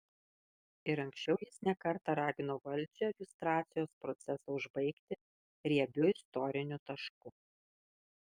ir anksčiau jis ne kartą ragino valdžią liustracijos procesą užbaigti riebiu istoriniu tašku